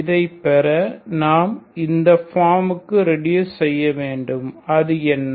இதை பெற நாம் இந்த ஃபார்ம்க்கு ரெடியூஸ் செய்ய வேண்டும் அது என்ன